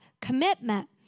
commitment